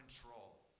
control